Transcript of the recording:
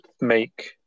make